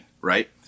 right